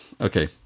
okay